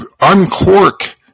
uncork